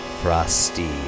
Frosty